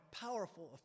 powerful